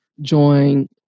join